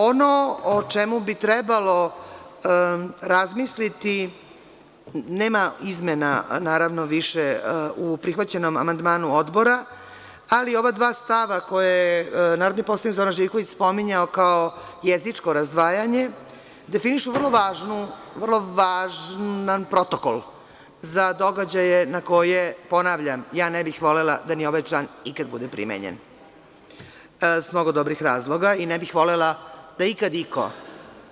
Ono o čemu bi trebalo razmisliti nema izmena, naravno više u prihvaćenom amandmanu Odbora, ali ova dva stava koja je narodni poslanik Zoran Živković spominjao kao jezičko razdvajanje definišu vrlo važan protokol za događaje na koje, ponavljam, ja ne bih volela da ni ovaj član ikad bude primenjen, iz mnogo dobrih razloga i ne bih volela da ikad iko